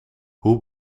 hoe